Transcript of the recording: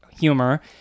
humor